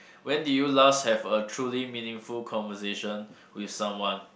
when did you last have a truly meaningful conversation with someone